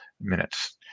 minutes